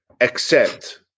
accept